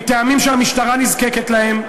מטעמים שהמשטרה נזקקת להם,